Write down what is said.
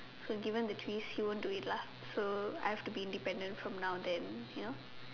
so given the choice he won't do it lah so I have to be independent from now then you know